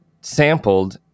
sampled